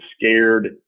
scared